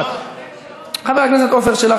חברת הכנסת עאידה